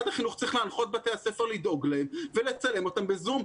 משרד החינוך צריך להנחות את בתי הספר לדאוג להם ולצלם אותם בזום.